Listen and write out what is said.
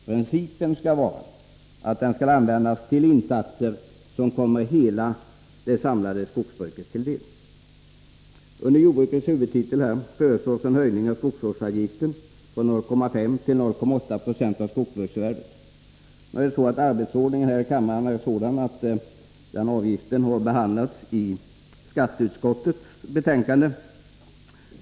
Principen skall vara att den skall användas till insatser som kommer hela det samlade skogsbruket till del. Under jordbrukets huvudtitel föreslås en höjning av skogsvårdsavgiften från 0,5 90 till 0,8 96 av skogsbruksvärdet. Arbetsordningen här i kammaren är sådan att den avgiften har behandlats i skatteutskottets betänkande.